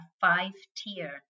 five-tier